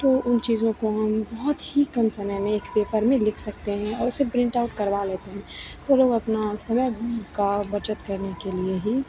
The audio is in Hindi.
तो उन चीज़ों को हम बहुत ही कम समय में एक पेपर में लिख सकते हैं और उसे प्रिन्ट आउट करवा लेते हैं तो लोग अपना समय का बचत करने के लिए ही